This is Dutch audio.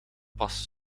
pas